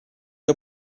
che